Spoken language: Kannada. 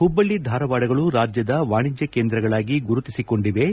ಹುಬ್ಬಳ್ಳಿ ಧಾರವಾಡ ನಗರಗಳು ರಾಜ್ಯದ ವಾಣಿಜ್ಯ ಕೇಂದ್ರಗಳಾಗಿ ಗುರುತಿಸಿಕೊಂಡಿವೆ